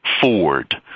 Ford